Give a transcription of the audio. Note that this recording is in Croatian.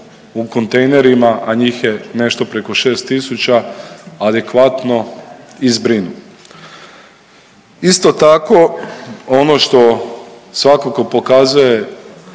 u kontejnerima, a njih je nešto preko 6.000 adekvatno i zbrinu. Isto tako, ono što svakako pokazuje